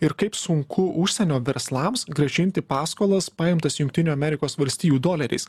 ir kaip sunku užsienio verslams grąžinti paskolas paimtas jungtinių amerikos valstijų doleriais